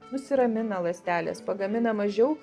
nusiramina ląstelės pagamina mažiau